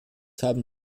haben